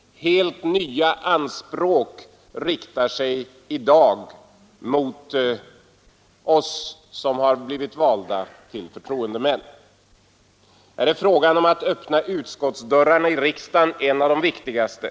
Helt nya anspråk riktar sig i dag mot oss valda förtroendemän. Här är frågan om att öppna utskottsdörrarna i riksdagen en av de viktigaste.